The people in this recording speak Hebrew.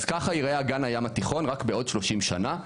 אז ככה יראה אגן הים התיכון רק בעוד 30 שנה,